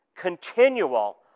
continual